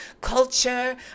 culture